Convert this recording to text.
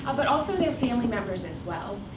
um but also, their family members as well.